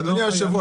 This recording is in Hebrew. אדוני היושב-ראש,